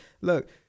look